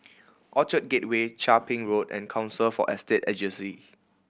Orchard Gateway Chia Ping Road and Council for Estate Agency